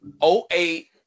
08